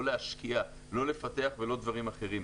לא להשקיע ולא לפתח ולא דברים אחרים.